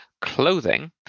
Clothing